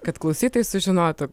kad klausytojai sužinotų